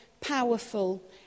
powerful